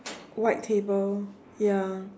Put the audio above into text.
white table ya